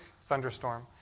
thunderstorm